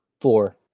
Four